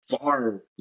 far